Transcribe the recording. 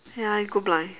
ya you go blind